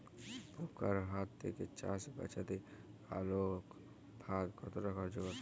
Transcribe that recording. পোকার হাত থেকে চাষ বাচাতে আলোক ফাঁদ কতটা কার্যকর?